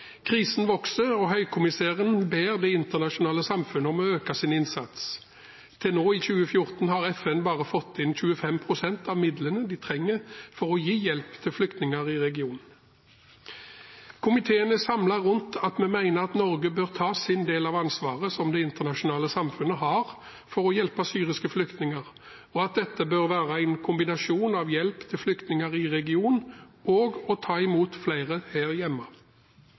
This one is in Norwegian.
Krisen vokser, og høykommissæren ber det internasjonale samfunnet om å øke sin innsats. Til nå i 2014 har FN bare fått inn 25 pst. av midlene de trenger for å gi hjelp til flyktninger i regionen. Komiteen er samlet rundt at vi mener at Norge bør ta sin del av ansvaret som det internasjonale samfunnet har for å hjelpe syriske flyktninger, og at dette bør være en kombinasjon av hjelp til flyktninger i regionen og å ta imot flere her hjemme.